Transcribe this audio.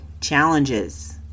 challenges